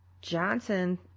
Johnson